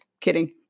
Kidding